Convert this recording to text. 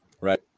right